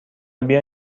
بیا